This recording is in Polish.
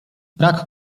brak